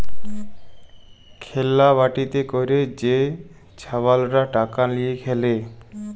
খেল্লা বাটিতে ক্যইরে যে ছাবালরা টাকা লিঁয়ে খেলে